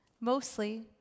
Mostly